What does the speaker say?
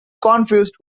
confused